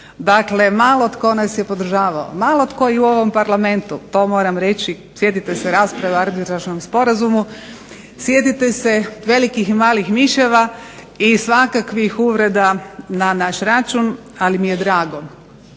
Dakle, malo tko nas je podržavao, malo tko i u ovom parlamentu, to moram reći, sjetite se rasprave o arbitražnom sporazumu, sjetite se malih i velikih miševa, i svakakvih uvreda na naš račun ali mi je drago